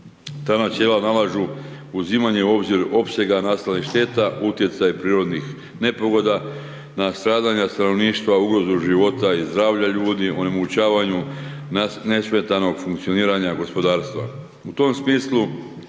Ta načela nalažu uzimanje u obzir opsega nastalih šteta, utjecaj prirodnih nepogoda na stradanja stanovništva, ugrozu života i zdravlja ljudi, onemogućavanju nesmetanog funkcioniranja gospodarstva.